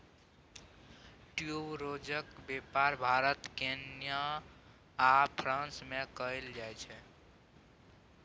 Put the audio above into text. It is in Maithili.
ट्यूबरोजक बेपार भारत केन्या आ फ्रांस मे कएल जाइत छै